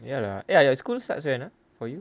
ya lah ya ya school starts when ah for you